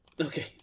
Okay